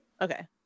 Okay